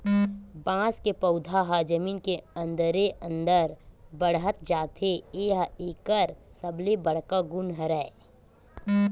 बांस के पउधा ह जमीन के अंदरे अंदर बाड़हत जाथे ए ह एकर सबले बड़का गुन हरय